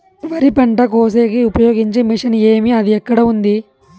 వరి పంట కోసేకి ఉపయోగించే మిషన్ ఏమి అది ఎక్కడ ఉంది?